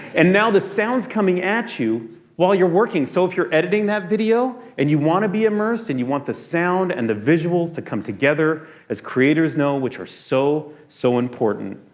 and now the sounds coming at you while you're working. so if you're editing that video and you want to be immersed and you the sound and the visuals to come together as creators know which are so, so important.